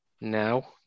now